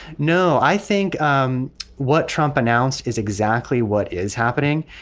no. i think um what trump announced is exactly what is happening.